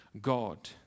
God